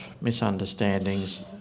misunderstandings